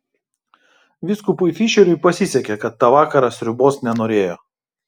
vyskupui fišeriui pasisekė kad tą vakarą sriubos nenorėjo